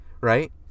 Right